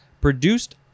produced